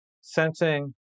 sensing